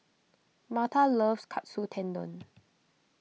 Marta loves Katsu Tendon